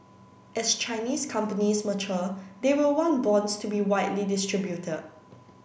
as Chinese companies mature they will want bonds to be widely distributed